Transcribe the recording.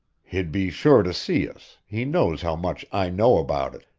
he'd be sure to see us, he knows how much i know about it,